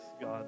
God